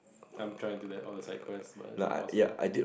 I'm trying to do that all the side quest but it is impossible